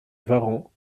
varan